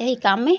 यही काम में